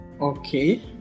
Okay